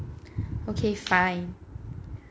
okay fine